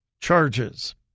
Charges